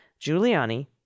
Giuliani